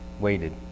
waited